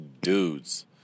dudes